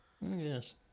Yes